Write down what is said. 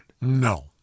No